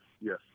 yes